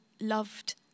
loved